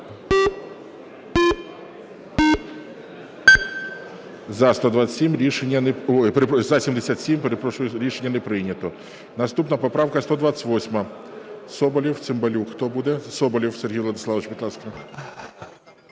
Рішення не прийнято. Наступна поправка 128, Соболєв, Цимбалюк. Хто буде? Соболєв Сергій Владиславович, будь ласка.